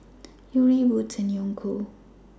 Yuri Wood's and Onkyo